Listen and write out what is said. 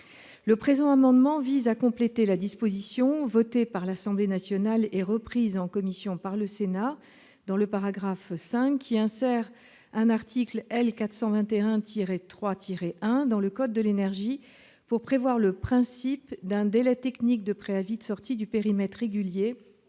Le présent amendement vise à compléter la disposition votée par l'Assemblée nationale et reprise en commission par le Sénat au 5° de l'article 4. Ce paragraphe tend à insérer un article L. 421-3-1 dans le code de l'énergie, prévoyant le principe d'un délai technique de préavis de sortie du périmètre régulé